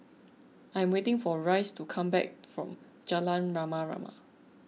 I am waiting for Rice to come back from Jalan Rama Rama